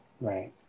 right